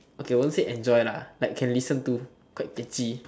okay won't say enjoy lah like can listen to quite catchy